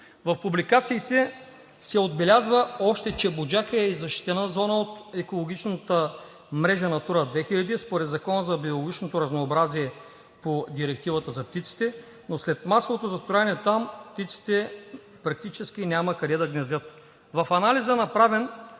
В публикациите се отбелязва още, че „Буджака“ е и защитена зона от екологичната мрежа „Натура 2000“ според Закона за биологично разнообразие по Директивата за птиците, но след масовото застрояване там птиците практически няма къде да гнездят. В анализа, направен